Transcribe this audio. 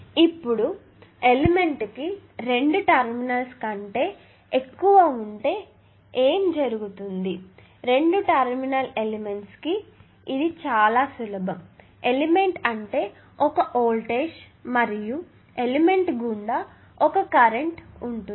ఇప్పుడు ఎలిమెంట్ కి రెండు టెర్మినల్స్ కంటే ఎక్కువ ఉంటే ఏమి జరుగుతుంది రెండు టెర్మినల్ ఎలెమెంట్స్ కు ఇది చాలా సులభం ఎలిమెంట్ అంటే ఒక వోల్టేజ్ మరియు ఎలిమెంట్ గుండా ఒక కరెంటు ఉంటుంది